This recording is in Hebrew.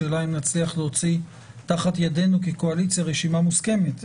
השאלה אם נצליח להוציא תחת ידינו כקואליציה רשימה מוסכמת.